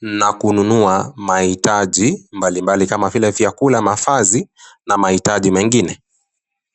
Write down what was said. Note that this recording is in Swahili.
na kununua mahitaji mbalimbali kama vile chakula, mavazi na mahitaji mengine.